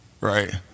right